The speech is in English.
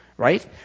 Right